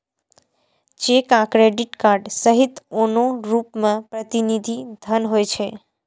cheque आ credit card सहित आनो रूप मे प्रतिनिधि धन होइ छै